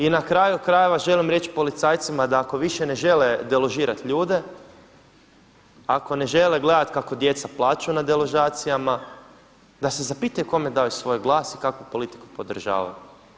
I na kraju krajeva želim reći policajcima da ako više ne žele deložirati ljude, ako ne žele gledati kako djeca plaću na deložacijama, da se zapitaju kome daju svoj glas i kakvu politiku podržavaju.